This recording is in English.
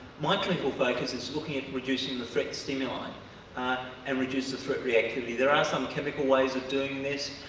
my clinical focus is looking at reducing the threat stimuli and reduce the threat reactivity there are some chemical ways of doing this